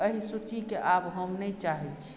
एहि सूचीके आब हम नहि चाहै छी